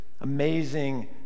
amazing